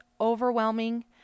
overwhelming